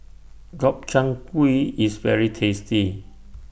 Gobchang Gui IS very tasty